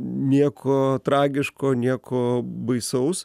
nieko tragiško nieko baisaus